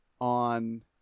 on